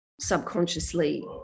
subconsciously